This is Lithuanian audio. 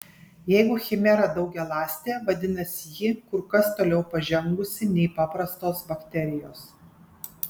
jeigu chimera daugialąstė vadinasi ji kur kas toliau pažengusi nei paprastos bakterijos